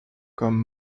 comme